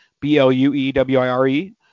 B-L-U-E-W-I-R-E